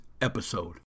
episode